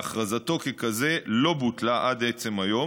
והכרזתו ככזה לא בוטלה עד עצם היום.